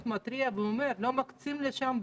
מתריע ואומר: לא מקצים לשם בדיקות,